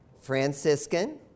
Franciscan